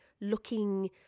looking